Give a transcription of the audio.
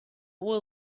will